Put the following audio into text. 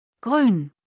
Grün